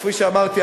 וכפי שאמרתי,